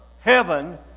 heaven